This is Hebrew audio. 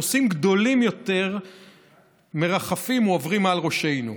נושאים גדולים יותר מרחפים או עוברים מעל ראשינו.